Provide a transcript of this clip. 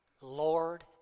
Lord